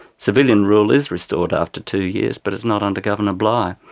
civilian rule is restored after two years, but it's not under governor bligh.